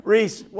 Reese